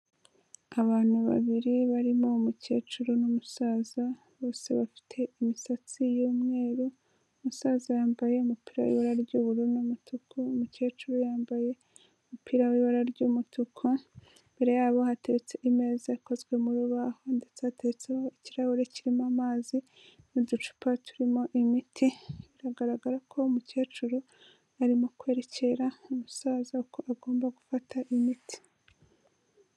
Abantu babiri barimo umukecuru n'umusaza bose bafite imisatsi y'umweru, umusaza yambaye umupira w'ibara ry'ubururu n'umutuku, umukecuru yambaye umupira w'ibara ry'umutuku, imbere yabo hateretse imeza yakozwe mu rubaho ndetse hateretseho ikirahure kirimo amazi n'uducupa turimo imiti, biragaragara ko umukecuru arimo kwerekera umusaza uko agomba gufata imiti.